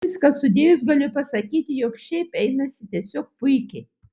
viską sudėjus galiu pasakyti jog šiaip einasi tiesiog puikiai